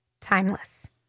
timeless